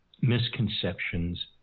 misconceptions